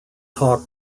talk